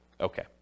Okay